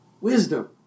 Wisdom